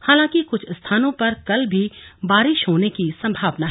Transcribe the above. हालांकि कुछ स्थानों पर कल भी बारिश होने की संभावना है